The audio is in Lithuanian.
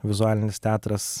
vizualinis teatras